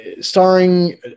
starring